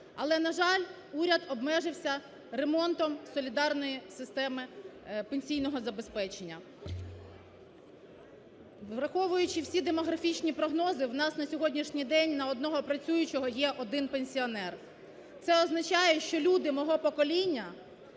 Але на жаль, уряд обмежився ремонтом солідарної системи пенсійного забезпечення. Враховуючи всі демографічні прогнози, в нас на сьогоднішній день на одного працюючого є один пенсіонер. Це означає, що люди мого покоління,